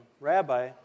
Rabbi